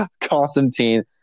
Constantine